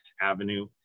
Avenue